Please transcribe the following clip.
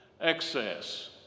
excess